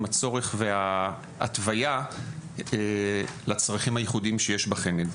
עם הצורך וההתוויה לצרכים הייחודים שיש בחמ"ד.